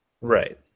Right